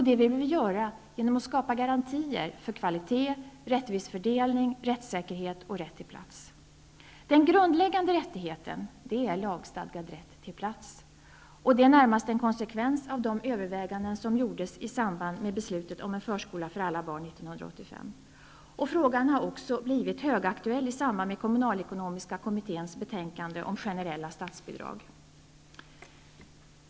Det vill vi göra genom att skapa garantier för kvalitet, en rättvis fördelning, rättssäkerhet och rätt till en plats. Den grundläggande rättigheten är lagstadgad rätt till en plats. Det är närmast en konsekvens av de överväganden som gjordes 1985 i samband med beslutet om en förskola för alla barn. Frågan har också blivit högaktuell i samband med kommunalekonomiska kommitténs betänkande om generella statsbidrag.